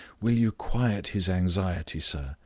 will you quiet his anxiety, sir,